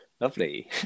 lovely